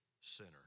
sinner